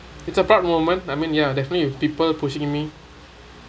it's a proud moment I mean ya definitely with people pushing me